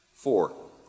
Four